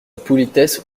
politesse